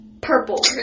Purple